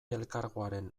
elkargoaren